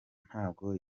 ntabwo